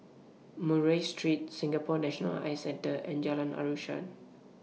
Murray Street Singapore National Eye Centre and Jalan Asuhan